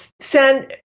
send